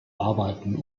arbeiten